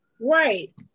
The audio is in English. right